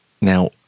Now